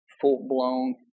full-blown